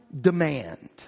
demand